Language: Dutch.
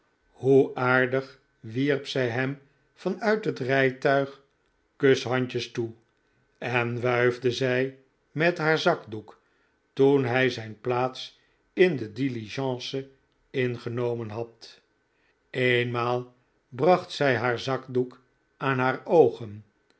hoe aardig wierp zij hem van uit het rijtuig kushandjes toe en wuifde zij met haar zakdoek toen hij zijn plaats in de diligence ingenomen had eenmaal bracht zij haar zakdoek aan haar oogen